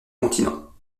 continent